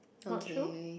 not true